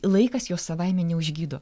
laikas jos savaime neužgydo